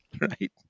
Right